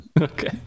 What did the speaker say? okay